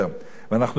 ואנחנו לא שם.